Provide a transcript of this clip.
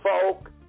Folk